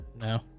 No